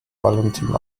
valentin